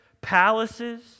palaces